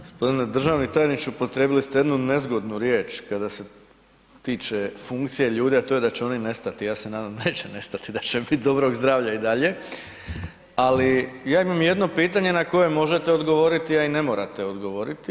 G. državni tajniče, upotrijebili ste jednu nezgodnu riječ kada se tiče funkcije ljudi a to je da će oni nestati, ja se nadam da neće nestati, da će biti dobrog zdravlja i dalje ali ja imam jedno pitanje na koje možete odgovoriti a i ne morate odgovoriti.